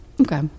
Okay